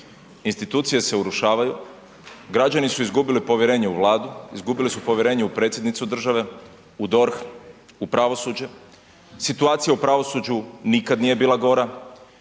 institucije se urušavaju, građani su izgubili povjerenje u Vladu, izgubili su povjerenje u predsjednicu države, u DORH, u pravosuđe. Situacija u pravosuđu nikad nije bila gora,